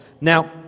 Now